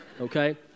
Okay